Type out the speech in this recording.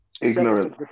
ignorance